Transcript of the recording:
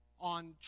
on